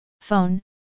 Phone